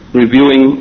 reviewing